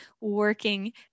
working